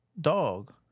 Dog